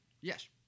Yes